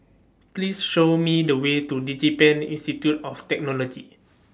Please Show Me The Way to Digipen Institute of Technology